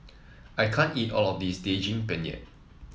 I can't eat all of this Daging Penyet